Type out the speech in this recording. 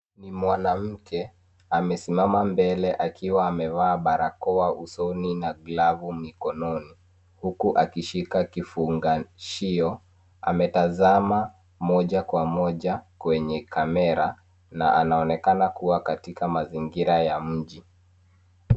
Mwanamke amesimama mbele akiwa amevaa barakoa usoni na glavu mikononi huku akishika kifungashio. Ametazama moja kwa moja kwenye kamera na anaonekana kuwa katika mazingira ya mji.